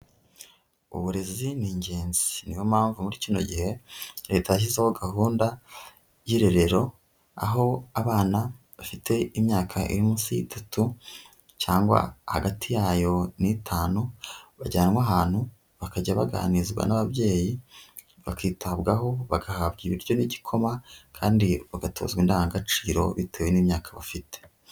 Uburezi ni ingenzi niyo mpamvu muri kino gihe Leta yashyizeho gahunda y'irerero, aho abana bafite imyaka iri munsi y'itatu cyangwa hagati yayo n'itanu bajyanwa ahantu bakajya baganirizwa n'ababyeyi, bakitabwaho bagahabwa ibiryo n'igikoma kandi bagatozwa indangagaciro bitewe n'imyaka bafite.